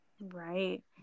Right